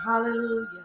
Hallelujah